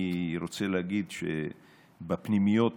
אני רוצה להגיד שבפנימיות